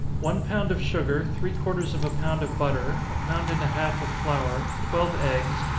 one pound of sugar, three quarters of a pound of butter, a pound and a half of flour, twelve eggs,